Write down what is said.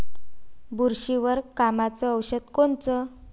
बुरशीवर कामाचं औषध कोनचं?